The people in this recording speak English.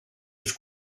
was